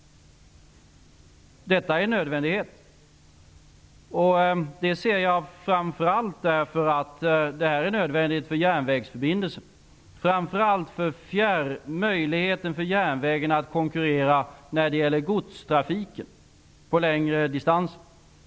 Detta är en nödvändighet. Det ser jag framför allt därför att det är nödvändigt för godstrafiken på järnvägen att få möjlighet att konkurrera på längre distanser.